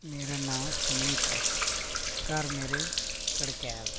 मेरा नांऽ सुमित ऐ घर मेरे कड़कयाल